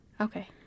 Okay